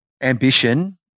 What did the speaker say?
ambition